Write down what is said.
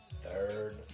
Third